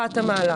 אוקטובר.